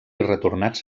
retornats